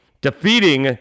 defeating